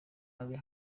abe